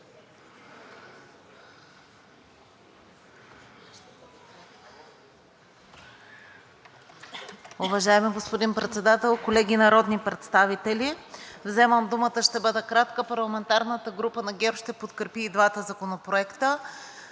Уважаеми господин Председател, колеги народни представители! Вземам думата, ще бъда кратка. Парламентарната група на ГЕРБ-СДС ще подкрепи и двата законопроекта.